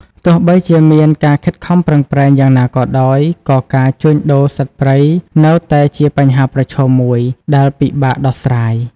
ទោះបីជាមានការខិតខំប្រឹងប្រែងយ៉ាងណាក៏ដោយ ក៏ការជួញដូរសត្វព្រៃនៅតែជាបញ្ហាប្រឈមមួយដែលពិបាកដោះស្រាយ។